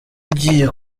ugiye